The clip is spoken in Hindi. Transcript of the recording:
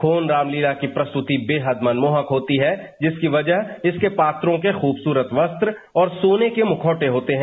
खोन रामलीला की प्रस्तुति बेहद मनमोहक होती है जिसकी वजह इसके पात्रों के खूबसूरत वस्त्र और सोने के मुखौटे होते हैं